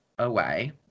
away